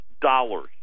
dollars